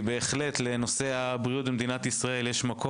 יש בהחלט מקום להקמת ועדה מיוחדת בנושא הבריאות במדינת ישראל,